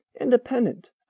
Independent